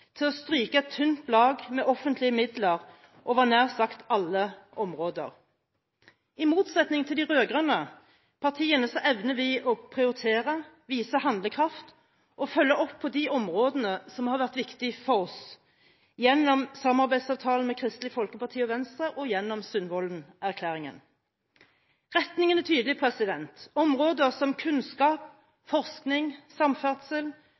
til å stryke et tynt lag med offentlige midler over nær sagt alle områder. I motsetning til de rød-grønne partiene evner vi å prioritere, vise handlekraft og følge opp på de områdene som har vært viktige for oss, gjennom samarbeidsavtalen med Kristelig Folkeparti og Venstre og gjennom Sundvolden-erklæringen. Retningen er tydelig. Områder som kunnskap, forskning, samferdsel,